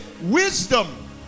wisdom